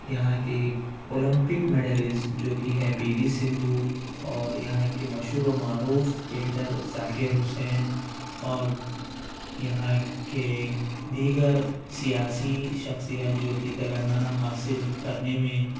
یہاں کے olympic medalist جو کہ ہے پی وی سندھو اور یہاں کے مشہور و معروف پینٹر ذاکر حسین اور یہاں کے دیگر سیاسی شخصیت جو کہ تلنگانہ حاصل کرنے میں